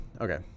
okay